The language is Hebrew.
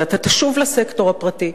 ואתה תשוב לסקטור הפרטי,